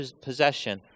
possession